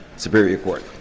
superior court.